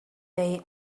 day